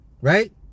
Right